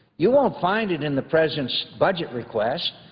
you won't find it in the president's budget request.